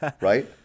right